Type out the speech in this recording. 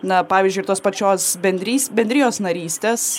na pavyzdžiui ir tos pačios bendrys bendrijos narystės